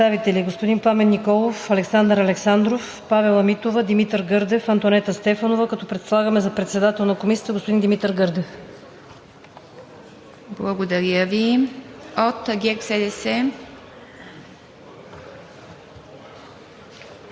следните народни представители: